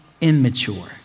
immature